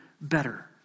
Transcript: better